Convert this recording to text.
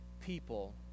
people